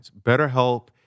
BetterHelp